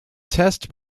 test